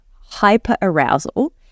hyper-arousal